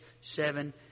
seven